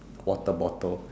water bottle